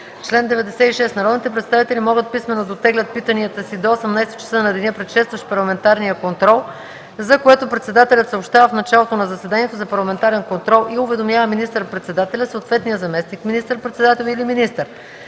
„Чл. 96. Народните представители могат писмено да оттеглят питанията си до 18,00 часа на деня, предшестващ парламентарния контрол, за което председателят съобщава в началото на заседанието за парламентарен контрол и уведомява министър-председателя, съответния заместник министър-председател или министър.”